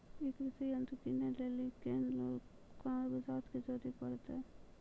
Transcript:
ई कृषि यंत्र किनै लेली लेल कून सब कागजात के जरूरी परतै?